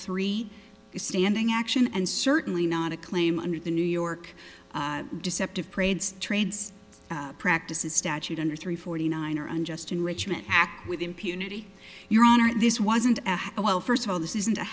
three standing action and certainly not a claim under the new york deceptive prayed strayed practices statute under three forty nine or unjust enrichment act with impunity your honor this wasn't a well first of all this isn't a